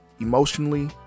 emotionally